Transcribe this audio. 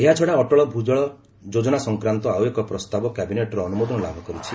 ଏହାଛଡ଼ା ଅଟଳ ଭୂଜଳ ଯୋଜନା ସଂକ୍ରାନ୍ତ ଆଉ ଏକ ପ୍ରସ୍ତାବ କ୍ୟାବିନେଟ୍ର ଅନୁମୋଦନ ଲାଭ କରିଛି